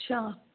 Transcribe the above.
अच्छा